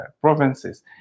provinces